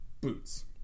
Boots